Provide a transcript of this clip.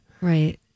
Right